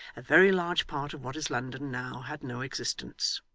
a very large part of what is london now had no existence.